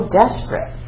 desperate